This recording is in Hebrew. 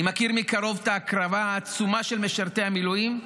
אני מכיר מקרוב את ההקרבה העצומה של משרתי המילואים.